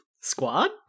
squad